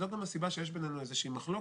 זו גם הסיבה שיש בינינו מחלוקת,